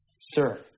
Sir